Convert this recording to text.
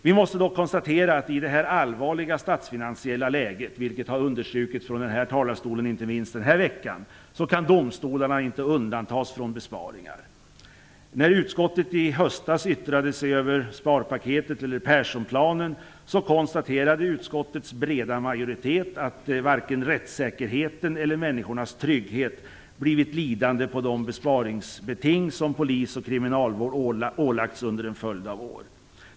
Vi måste dock konstatera, att i det här allvarliga statsfinansiella läget - vilket inte minst har understrukits från denna talarstol i veckan - kan domstolarna inte undantas från besparingar. När utskottet i höstas yttrade sig över sparpaketet, eller Perssonplanen, konstaterade utskottets breda majoritet att varken rättssäkerheten eller människornas trygghet blivit lidande på de besparingsbeting som polis och kriminalvård ålagts under en följd av år.